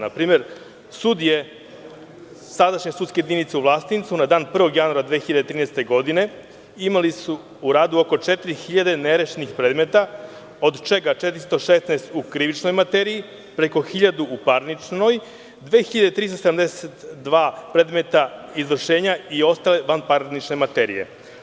Na primer, sadašnja sudska jedinica u Vlasotincu na dan 1. januara 2013. godine je imala u radu oko 4.000 nerešenih predmeta, od čega 416 u krivičnoj materiji, preko 1.000 u parničnoj, 2.372 predmeta izvršenja i ostale vanparnične materije.